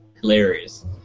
hilarious